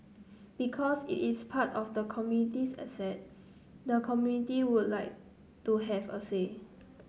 because it is part of the community's asset the community would like to have a say